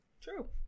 true